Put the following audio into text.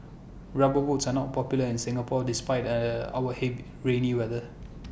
rubber boots are not popular in Singapore despite our rainy weather